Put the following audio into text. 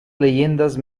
leyendas